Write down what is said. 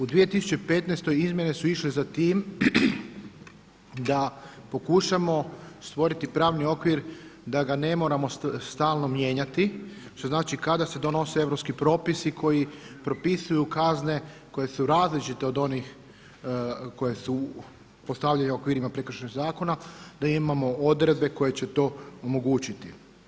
U 2015. izmjene su išle za tim da pokušamo stvoriti pravni okvir da ga ne moramo stalno mijenjati, što znači kada se donose europski propisi koji propisuju kazne koje su različite od onih koje se postavljaju u okvirima Prekršajnog zakona, da imamo odredbe koje će to omogućiti.